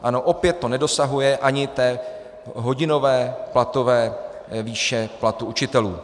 Ano, opět to nedosahuje ani té hodinové platové výše platu učitelů.